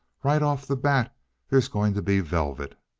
right off the bat there's going to be velvet.